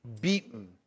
beaten